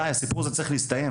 די, הסיפור הזה צריך להסתיים.